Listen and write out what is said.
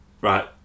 right